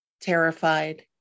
terrified